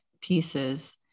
pieces